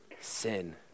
Sin